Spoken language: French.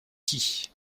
qui